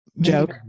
joke